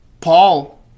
Paul